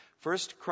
First